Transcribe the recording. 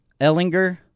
Ellinger